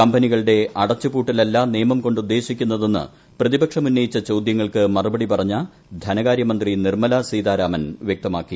കമ്പനികളുടെ അടച്ചുപൂട്ടലല്ല നിയമം കൊണ്ട് ഉദ്ദേശിക്കുന്നതെന്ന് പ്രതിപക്ഷം ഉന്നയിച്ച ചോദ്യങ്ങൾക്ക് ഉത്തരമായി ധനകാര്യമന്ത്രി നിർമ്മലാ സീതാരാമൻ വ്യക്തമാക്കി